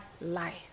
life